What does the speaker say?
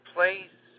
Place